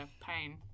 Pain